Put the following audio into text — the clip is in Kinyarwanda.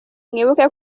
mwibuke